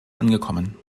angekommen